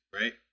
right